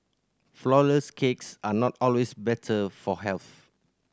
flourless cakes are not always better for health